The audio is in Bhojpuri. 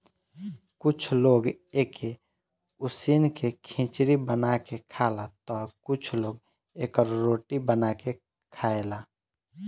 कुछ लोग एके उसिन के खिचड़ी बना के खाला तअ कुछ लोग एकर रोटी बना के खाएला